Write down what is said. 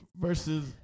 Versus